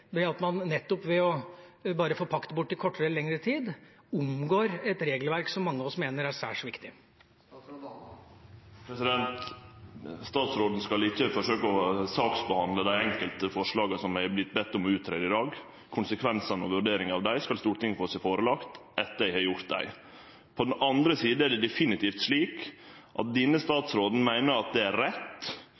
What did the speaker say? at man ved bare å forpakte bort i kortere eller lengre tid omgår et regelverk som mange av oss mener er særs viktig? Statsråden skal ikkje forsøke å saksbehandle dei enkelte forslaga som eg er vorten beden om å greie ut i dag. Konsekvensane og vurderinga av dei skal verte lagde fram for Stortinget etter at eg har gjort det. På den andre sida er det definitivt slik at denne statsråden meiner det er rett